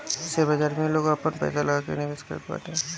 share बाजार में लोग आपन पईसा लगा के निवेश करत बाटे